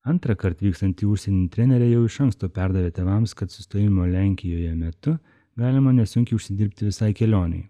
antrąkart vyksiant į užsienį treneriai jau iš anksto perdavė tėvams kad sustojimo lenkijoje metu galima nesunkiai užsidirbti visai kelionei